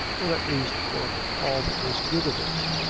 or at least for all that was good of it.